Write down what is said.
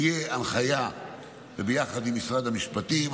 תהיה הנחיה ביחד עם משרד המשפטים,